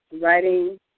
Writing